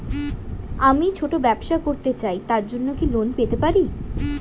আমি ছোট ব্যবসা করতে চাই তার জন্য কি লোন পেতে পারি?